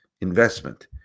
investment